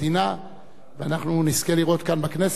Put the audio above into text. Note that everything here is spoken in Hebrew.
ואנחנו נזכה לראות כאן, בכנסת, את ההצגה.